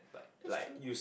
that's true